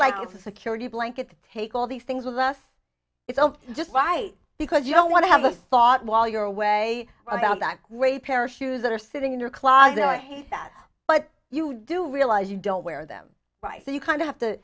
like it's a security blanket to take all these things with us it's just why because you don't want to have a thought while you're away about that great pair of shoes that are sitting in your closet i hate that but you do realize you don't wear them right so you kind of have to